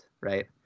Right